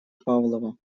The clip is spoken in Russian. павлова